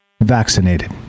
vaccinated